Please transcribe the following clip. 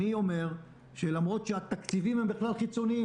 למרות שהתקציבים הם בכלל חיצוניים,